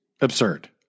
absurd